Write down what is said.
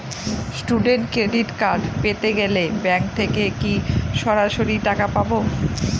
Student credit card পেতে গেলে bank থেকে কি সরাসরি টাকা পাবো?